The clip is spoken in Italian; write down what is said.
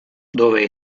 dove